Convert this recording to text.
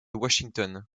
washington